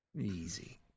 Easy